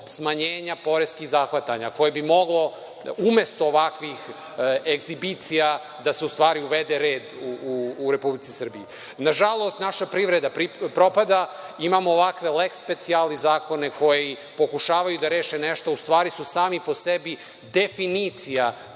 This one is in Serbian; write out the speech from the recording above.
smanjenja poreskih zahvatanja, koja bi moglo umesto ovakvih egzibicija da se u stvari uvede red u Republici Srbiji. Nažalost, naša privreda propada, imamo ovakve „leks specijalis“ zakone koji pokušavaju da rešavaju ovako nešto, u stvari su sami po sebi definicija